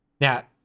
Now